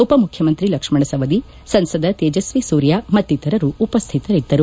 ಉಪ ಮುಖ್ಯಮಂತ್ರಿ ಲಕ್ಷ್ಮಣ ಸವದಿ ಸಂಸದ ತೇಜಸ್ವಿ ಸೂರ್ಯ ಮತ್ತಿತರರು ಉಪಸ್ಥಿತರಿದ್ದರು